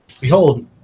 Behold